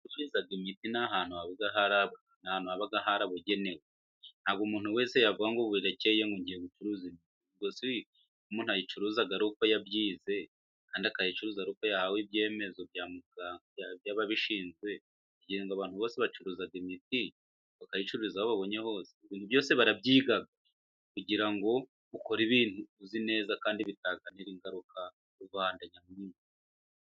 Ahacururizwa imiti ni ahantu haba harabugenewe. Ntabwo umuntu wese yavuga ngo burekeye ngiye gucuruza imiti. Umuntu ayicuruza ari uko yabyize, cyangwa akayicuruza ari uko yahawe ibyemezo by'ababishinzwe, ugize ngo abantu bose bacuruza imiti bakayicururiza aho babonye hose? Ibintu byose barabyiga, kugira ngo ukore ibintu uzi neza kandi bitazanira ingaruka rubanda nyamwinshi.